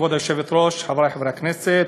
כבוד היושבת-ראש, חברי חברי הכנסת,